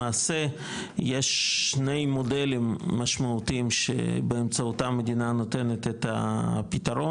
למעשה יש שני מודלים משמעותיים שבאמצעותם המדינה נותנת את הפתרון,